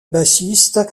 bassiste